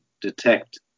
detect